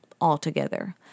altogether